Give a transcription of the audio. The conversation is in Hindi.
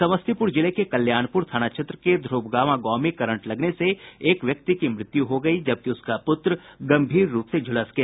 समस्तीपूर जिले के कल्याणपूर थाना क्षेत्र के ध्र्वगामा गांव में करंट लगने से एक व्यक्ति की मृत्यु हो गई जबकि उसका पुत्र गंभीर रूप से झुलस गया